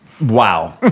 Wow